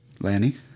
Lanny